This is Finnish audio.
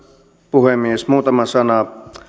puhemies muutama sana